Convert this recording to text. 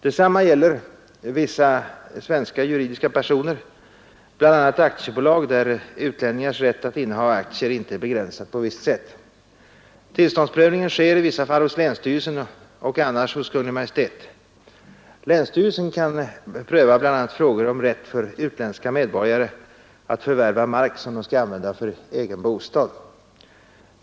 Detsamma gäller vissa svenska juridiska personer, bl.a. aktiebolag där utlänningars rätt att inneha aktier inte är begränsad på visst sätt. Tillståndsprövningen sker i vissa fall hos länsstyrelsen och annars hos Kungl. Maj:t. Länsstyrelsen kan pröva bl.a. frågor om rätt för utländska medborgare att förvärva mark som de skall använda för egen bostad.